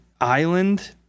Island